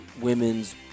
women's